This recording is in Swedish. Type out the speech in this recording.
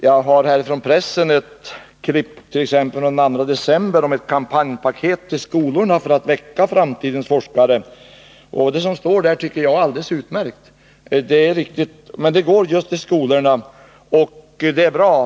Jag har också ett pressklipp från den 2 december om ett kampanjpaket till skolorna för att väcka framtidens forskare. Det som står där är enligt min mening alldeles utmärkt. Detta material går alltså ut till skolorna — och det är bra.